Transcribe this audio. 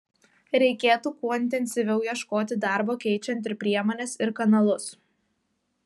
reikėtų kuo intensyviau ieškoti darbo keičiant ir priemones ir kanalus